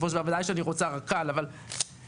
בוודאי שאני רוצה רק"ל בסופו של דבר,